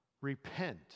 repent